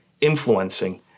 influencing